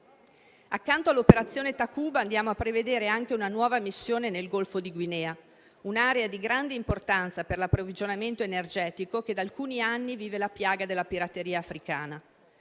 Accanto all'operazione Takuba andiamo a prevedere anche una nuova missione nel Golfo di Guinea, un'area di grande importanza per l'approvvigionamento energetico, che da alcuni anni vive la piaga della pirateria africana.